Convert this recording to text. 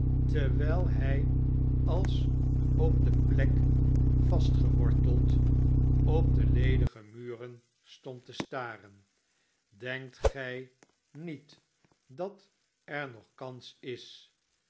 terwijl hij als op de plek vastgeworteld op de ledige muren stond te staren denkt gij niet dat er nog kans is